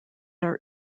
are